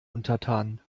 untertan